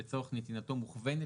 נכון.